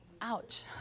Ouch